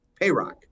payrock